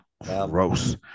gross